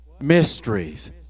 Mysteries